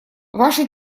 ваши